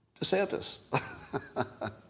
DeSantis